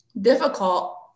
difficult